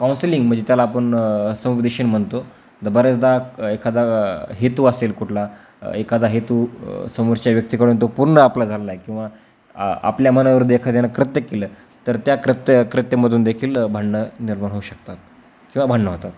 counselling म्हणजे त्याला आपण समुपदेशन म्हणतो तर बऱ्याचदा एखादा हेतू असेल कुठला एखादा हेतू समोरच्या व्यक्तीकडून तो पूर्ण आपला झालेला आहे किंवा आपल्या मनावर एखाद्यानं कृत्य केलं तर त्या कृत्य कृत्यमधून देखील भांडणं निर्माण होऊ शकतात किंवा भांडणं होतात